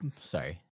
Sorry